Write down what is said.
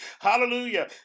Hallelujah